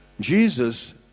Jesus